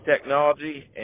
technology